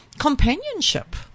Companionship